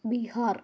Bihar